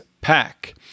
Pack